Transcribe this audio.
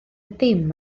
dim